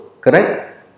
correct